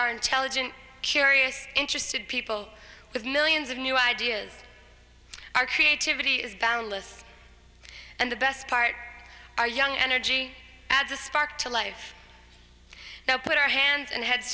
are intelligent curious interested people with millions of new ideas our creativity is boundless and the best part our young energy adds a spark to life now put our hands and heads